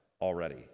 already